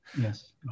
Yes